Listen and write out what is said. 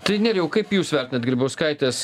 tai nerijau kaip jūs vertinat grybauskaitės